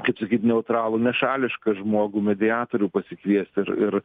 kaip sakyt neutralų nešališką žmogų mediatorių pasikviest ir ir